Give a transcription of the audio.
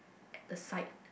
the side